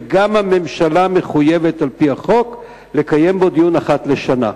וגם הממשלה מחויבת על-פי החוק לדון בו אחת לשנה.